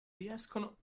riescono